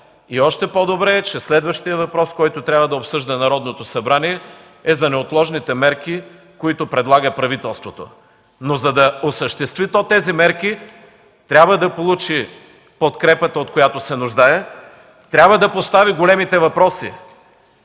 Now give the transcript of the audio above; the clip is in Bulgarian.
Още по-добре е, че следващият въпрос, който трябва да обсъжда Народното събрание, е за неотложните мерки, които предлага правителството. Но, за да осъществи тези мерки, трябва да получи подкрепата, от която се нуждае; трябва да постави големите въпроси.